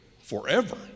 forever